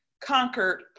conquered